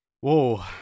Whoa